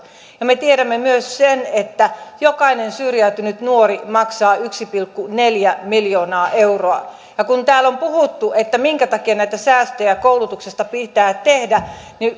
ja me tiedämme myös sen että jokainen syrjäytynyt nuori maksaa yksi pilkku neljä miljoonaa euroa kun täällä on puhuttu että minkä takia näitä säästöjä koulutuksesta pitää tehdä niin